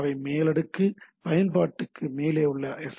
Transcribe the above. அவை மேல் அடுக்கு பயன்பாடு மேலே உள்ள எஸ்